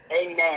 Amen